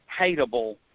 hateable